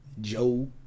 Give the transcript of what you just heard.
Joe